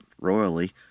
royally